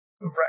Right